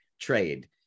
trade